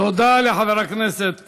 תודה לחבר הכנסת